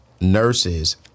nurses